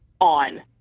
on